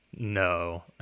no